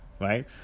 right